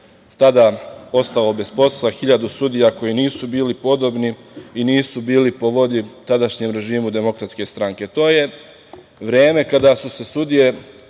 tada ostalo bez posla, hiljadu sudija koji nisu bili podobni i nisu bili po volji tadašnjem režimu DS. To je vreme kada su se sudije